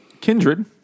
Kindred